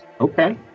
Okay